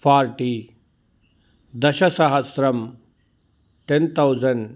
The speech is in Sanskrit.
फार्टि दशसहस्रम् टेन् तौसन्ड्